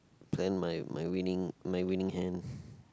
plan my my winning my winning hand